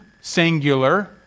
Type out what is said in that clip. singular